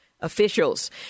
officials